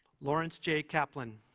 lawrence j. kaplan